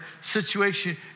situation